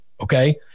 okay